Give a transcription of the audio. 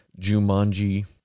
jumanji